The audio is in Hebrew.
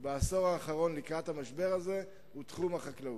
בעשור האחרון לקראת המשבר הזה הוא תחום החקלאות.